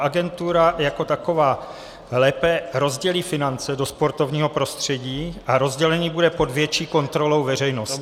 Agentura jako taková lépe rozdělí finance do sportovního prostředí a rozdělení bude pod větší kontrolou veřejnosti.